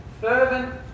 fervent